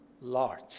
large